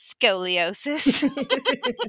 scoliosis